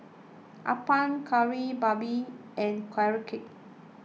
Appam Kari Babi and Carrot Cake